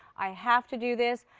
i have to do this.